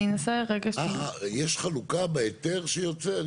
יש חלוקה בהיתר שיוצא?